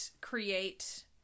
create